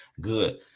good